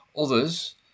Others